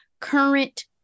current